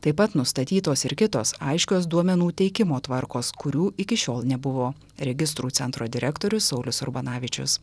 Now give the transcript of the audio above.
taip pat nustatytos ir kitos aiškios duomenų teikimo tvarkos kurių iki šiol nebuvo registrų centro direktorius saulius urbanavičius